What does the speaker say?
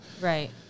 Right